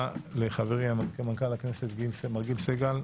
ראשית נשמע את מנכ"ל הכנסת גיל סגל.